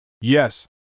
Yes